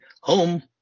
home